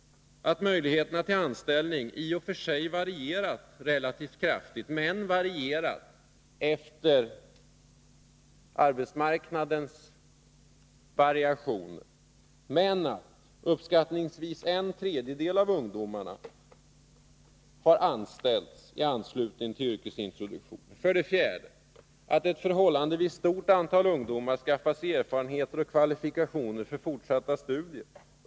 Möjligheterna till anställning varierar i och för sig relativt kraftigt men varierar efter arbetsmarknadssituationen — uppskattningsvis har en tredjedel av ungdomarna anställts i anslutning till yrkesintroduktionen. 4. Ett förhållandevis stort antal ungdomar skaffar sig erfarenheter och kvalifikationer för fortsatta studier.